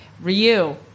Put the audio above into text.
Ryu